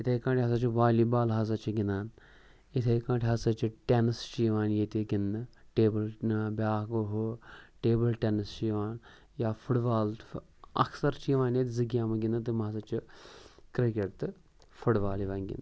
اِتھَے کٲٹھۍ ہَسا چھِ والی بال ہَسا چھِ گِنٛدان اِتھَے کٲٹھۍ ہَسا چھِ ٹٮ۪نٕس چھِ یِوان ییٚتہِ گِنٛدنہٕ ٹیبٕل بیٛاکھ گوٚو ہُہ ٹیبٕل ٹٮ۪نٕس چھِ یِوان یا فُٹ بال اَکثَر چھِ یِوان ییٚتہِ زٕ گیمہٕ گِنٛدنہٕ تم ہَسا چھِ کِرکٹ تہٕ فُٹ بال یِوان گِنٛدنہٕ